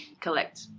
collect